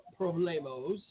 Problemos